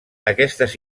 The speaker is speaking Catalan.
aquestes